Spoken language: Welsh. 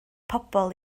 pobl